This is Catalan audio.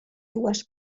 dues